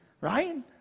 right